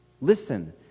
Listen